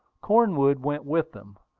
cornwood went with them,